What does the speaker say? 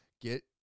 get